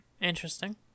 Interesting